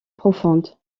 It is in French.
profonde